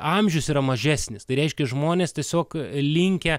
amžius yra mažesnis tai reiškia žmonės tiesiog linkę